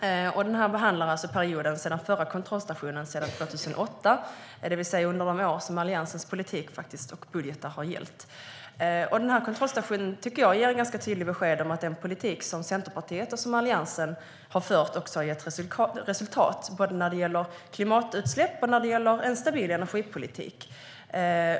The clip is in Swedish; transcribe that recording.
Kontrollstationen behandlar alltså perioden sedan den förra kontrollstationen 2008, det vill säga under de år som Alliansens politik och budgetar har gällt. Den här kontrollstationen ger ett ganska tydligt besked om att den politik som Centerpartiet och Alliansen förde har gett resultat både när det gäller klimatutsläpp och när det gäller en stabil energipolitik.